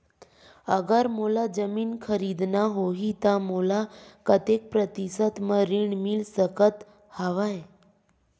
अगर मोला जमीन खरीदना होही त मोला कतेक प्रतिशत म ऋण मिल सकत हवय?